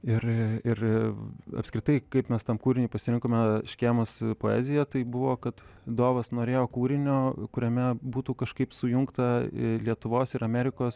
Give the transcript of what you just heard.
ir ir apskritai kaip mes tam kūriniui pasirinkome škėmos poeziją tai buvo kad dovas norėjo kūrinio kuriame būtų kažkaip sujungta lietuvos ir amerikos